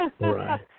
Right